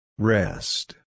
Rest